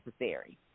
necessary